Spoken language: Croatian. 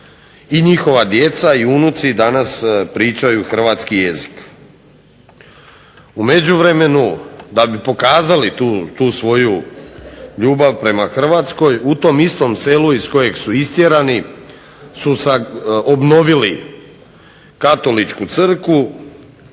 i njihova djeca i unuci danas pričaju hrvatski jezik. U međuvremenu da bi pokazali tu svoju ljubav prema Hrvatskoj u tom istom selu iz kojeg su istjerani su obnovili katoličku crkvu